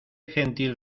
gentil